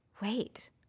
wait